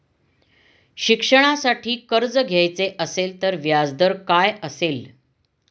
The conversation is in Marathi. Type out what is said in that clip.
शिक्षणासाठी कर्ज घ्यायचे असेल तर व्याजदर काय असेल?